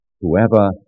Whoever